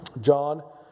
John